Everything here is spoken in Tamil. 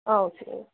ஆ ஓகேங்க